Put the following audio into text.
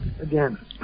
again